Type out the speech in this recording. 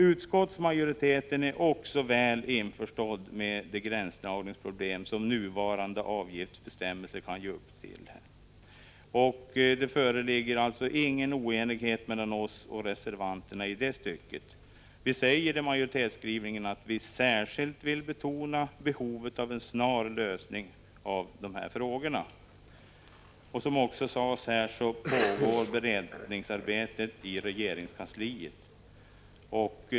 Utskottsmajoriteten är också väl införstådd med de gränsdragningsproblem som nuvarande avgiftsbestämmelser kan ge upphov till. Här föreligger ingen oenighet mellan oss och reservanterna. Vi säger i majoritetsskrivningen att vi särskilt vill betona behovet av en snar lösning av de här frågorna. Som också framgår i reservationen pågår beredningsarbetet i regeringskansliet.